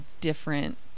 different